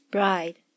Bride